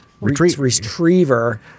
retriever